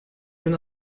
una